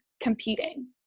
competing